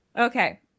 Okay